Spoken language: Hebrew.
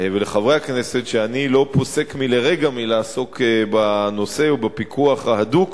ולחברי הכנסת שאני לא פוסק לרגע מלעסוק בנושא ובפיקוח ההדוק